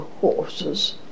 horses